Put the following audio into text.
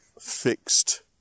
fixed